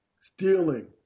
stealing